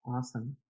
Awesome